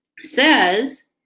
says